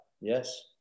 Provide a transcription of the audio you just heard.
Yes